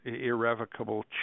irrevocable